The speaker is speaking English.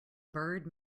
bird